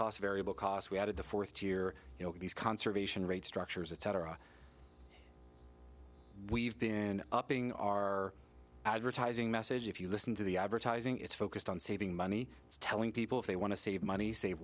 cost variable cost we had the fourth year you know these conservation rate structures etc we've been upping our advertising message if you listen to the advertising it's focused on saving money it's telling people if they want to save money save